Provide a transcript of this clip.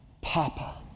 Papa